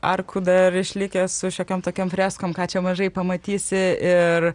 arkų dar išlikę su šiokiom tokiom freskom ką čia mažai pamatysi ir